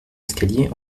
escalier